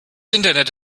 internet